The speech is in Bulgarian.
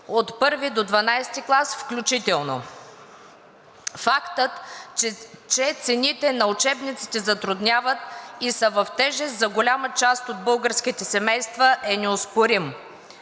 от I до XII клас включително. Фактът, че цените на учебниците затрудняват и са в тежест за голямата част от българските семейства, е неоспорим.